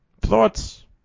thoughts